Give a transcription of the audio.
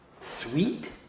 sweet